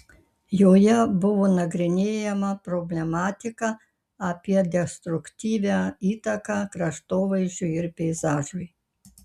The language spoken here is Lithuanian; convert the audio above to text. joje buvo nagrinėjama problematika apie destruktyvią įtaką kraštovaizdžiui ir peizažui